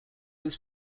was